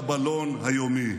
אתם לא תפסיקו לנפח את הבלון היומי.